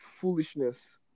foolishness